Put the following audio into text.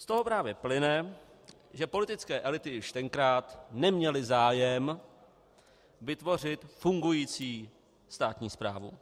Z toho právě plyne, že politické elity již tenkrát neměly zájem vytvořit fungující státní správu.